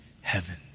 heaven